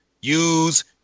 use